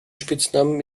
spitznamen